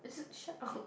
it's just shut up